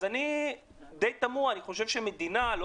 אז זה די תמוה כי אני חושב שהמדינה כן